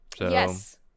Yes